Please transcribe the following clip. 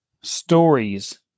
stories